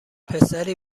پسری